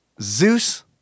Zeus